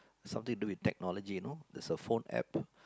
sometimes to do with technology you know there's a phone App